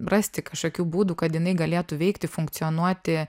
rasti kažkokių būdų kad jinai galėtų veikti funkcionuoti